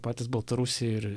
patys baltarusiai ir